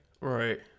right